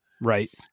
Right